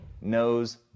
knows